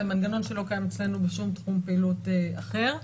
למנגנון שלא קיים אצלנו בשום תחום פעילות אחר,